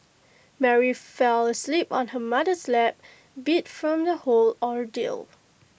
Mary fell asleep on her mother's lap beat from the whole ordeal